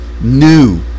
new